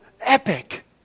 epic